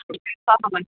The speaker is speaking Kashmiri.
سہلٕے